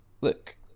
Look